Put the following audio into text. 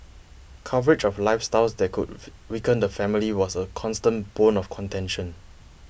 coverage of lifestyles that could weaken the family was a constant bone of contention